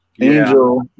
Angel